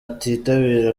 atitabira